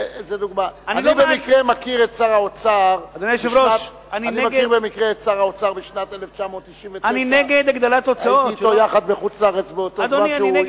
אני מכיר במקרה את שר האוצר משנת 1999. הייתי אתו יחד בחוץ-לארץ באותו זמן שהוא,